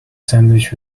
sandwich